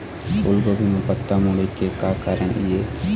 फूलगोभी म पत्ता मुड़े के का कारण ये?